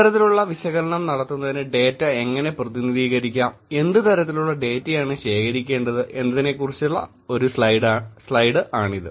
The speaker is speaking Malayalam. ഇത്തരത്തിലുള്ള വിശകലനം നടത്തുന്നതിന് ഡേറ്റ എങ്ങനെ പ്രതിനിധീകരിക്കാം എന്ത് തരത്തിലുള്ള ഡേറ്റയാണ് ശേഖരിക്കേണ്ടത് എന്നതിനെക്കുറിച്ചുള്ള ഒരു സ്ലൈഡ് ആണിത്